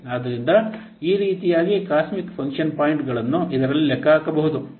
ಆದ್ದರಿಂದ ಈ ರೀತಿಯಾಗಿ COSMIC ಫಂಕ್ಷನ್ ಪಾಯಿಂಟ್ಗಳನ್ನು ಇದರಲ್ಲಿ ಲೆಕ್ಕಹಾಕಬಹುದು